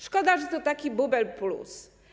Szkoda, że to taki bubel+.